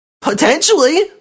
potentially